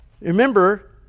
remember